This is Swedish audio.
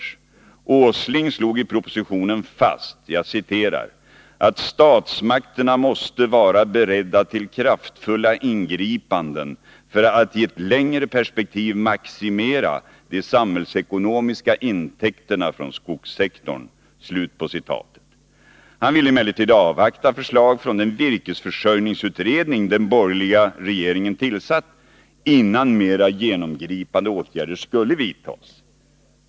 Nils G. Åsling slog i propositionen fast ”att statsmakterna måste vara beredda till kraftfulla ingripanden för att i ett längre perspektiv maximera de samhällsekonomiska intäkterna från skogssektorn”. Man ville emellertid avvakta förslag från den virkesförsörjningsutredning som den borgerliga regeringen tillsatt innan mera genomgripande åtgärder skulle vidtas.